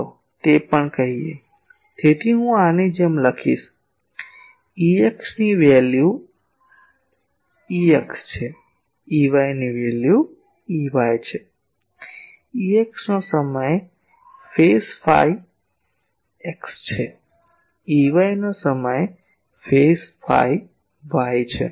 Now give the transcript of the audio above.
ચાલો તે પણ કહીએ તેથી હું આની જેમ લખીશ કે Ex નું મુલ્ય Ex છે Ey નું મુલ્ય Ey છે Ex નો સમય ફેઝ ફાઈ x છે Ey નો સમય ફેઝ ફાઈ y છે